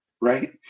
Right